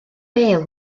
bêl